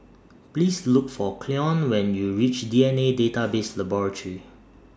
Please Look For Cleone when YOU REACH D N A Database Laboratory